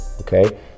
Okay